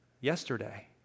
yesterday